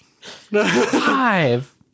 Five